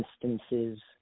instances